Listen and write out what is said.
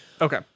Okay